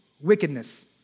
Wickedness